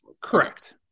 Correct